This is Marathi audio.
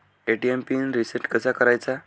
ए.टी.एम पिन रिसेट कसा करायचा?